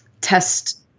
test